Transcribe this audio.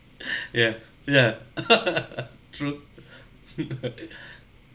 ya ya true